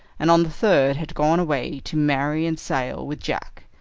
and on the third had gone away to marry and sail with jack.